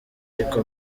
ariko